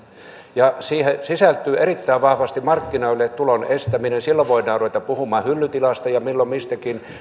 siihen sisältyy erittäin vahvasti markkinoille tulon estäminen silloin voidaan ruveta puhumaan hyllytilasta ja milloin mistäkin